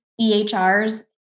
EHRs